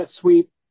sweep